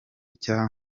cya